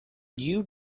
you